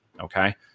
okay